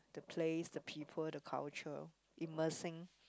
the place the people the culture immersing